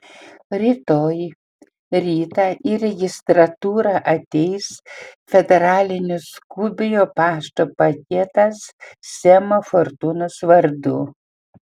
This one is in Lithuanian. rytoj rytą į registratūrą ateis federalinio skubiojo pašto paketas semo fortūnos vardu